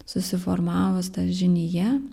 susiformavus ta žinija